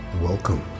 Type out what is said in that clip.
Welcome